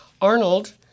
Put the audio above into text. Arnold